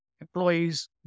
employees